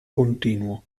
continuo